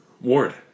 Ward